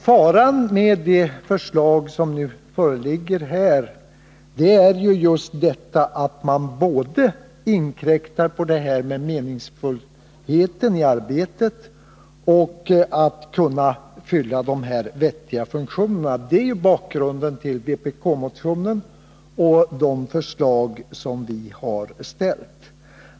Faran med det förslag som nu föreligger är ju att man inkräktar både på meningsfullheten i arbetet och på möjligheterna att fylla de här vettiga funktionerna. Det är bakgrunden till vpk-motionen och de förslag som vi har ställt.